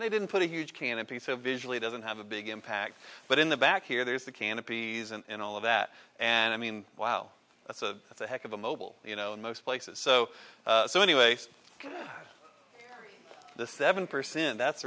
they didn't put a huge canopy so visually doesn't have a big impact but in the back here there's the canopy and all of that and i mean wow that's a that's a heck of a mobile you know in most places so so anyway the seven percent that's